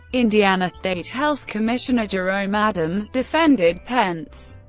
indiana state health commissioner jerome adams defended pence,